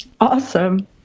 Awesome